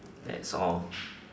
that's all